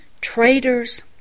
Traitors